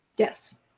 Yes